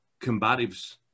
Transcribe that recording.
combatives